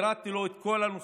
פירטתי לו את כל הנושא